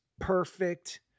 perfect